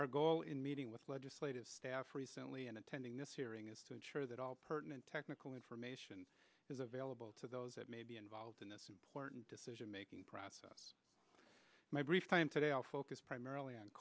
our goal in meeting with legislative staff recently and attending this hearing is to ensure that all pertinent technical information is available to those that may be involved in this important decision making process my brief time today i'll focus primarily on